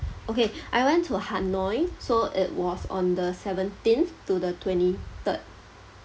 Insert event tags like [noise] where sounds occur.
okay [breath] I went to hanoi so it was on the seventeenth to the twenty third